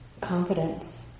confidence